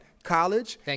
College